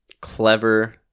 clever